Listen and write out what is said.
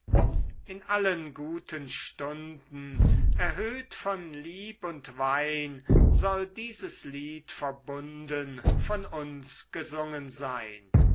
in allen guten stunden erhöht von lieb und wein soll dieses lied verbunden von uns gesungen sein